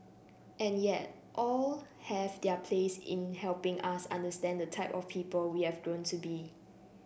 and yet all have their place in helping us understand the type of person we have grown to be